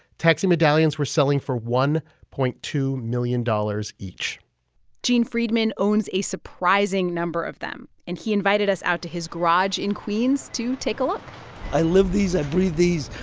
taxi medallions were selling for one point two million dollars each gene freidman owns a surprising number of them. and he invited us out to his garage in queens to take a look i live these. i breathe these.